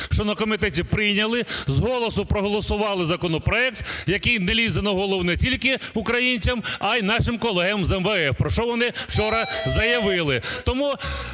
що на комітеті прийняли. З голосу проголосували законопроект, який "не лізе на голову" не тільки українцям, а і нашим колегам з МВФ, про що вони вчора заявили.